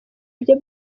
bye